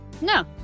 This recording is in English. no